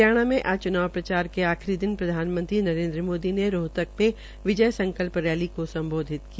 हरियाणा में आज च्नाव प्रचार के अखिरी दिन प्रधानमंत्री नरेन्द्र मोदी ने रोहतक में विजय संकल्प रैली को सम्बोधित किया